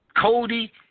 Cody